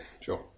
sure